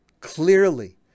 Clearly